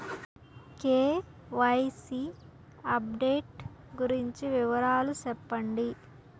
KYC update గురించి వివరాలు సెప్పండి?